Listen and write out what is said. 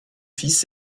fils